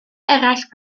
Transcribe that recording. eraill